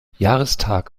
jahrestag